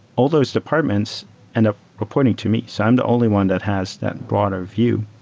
all those departments end up reporting to me. so i'm the only one that has that broader view,